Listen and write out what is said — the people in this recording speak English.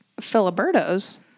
filiberto's